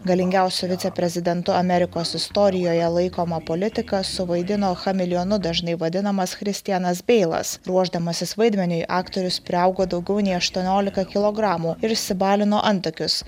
galingiausiu viceprezidentu amerikos istorijoje laikomą politiką suvaidino chameleonu dažnai vadinamas christianas beilas ruošdamasis vaidmeniui aktorius priaugo daugiau nei aštuoniolika kilogramų ir išsibalino antakius